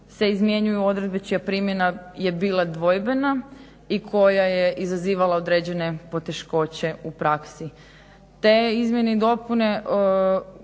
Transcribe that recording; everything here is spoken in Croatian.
se izmjenjuju odredbe čija primjena je bila dvojbena i koja je izazivala određene poteškoće u praksi. Te izmjene i dopune